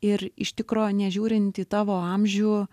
ir iš tikro nežiūrint į tavo amžių